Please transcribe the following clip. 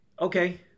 okay